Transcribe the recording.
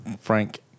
Frank